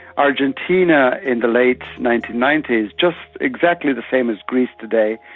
argentina in the late nineteen ninety s, just exactly the same as greece today,